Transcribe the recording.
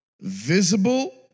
visible